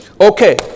Okay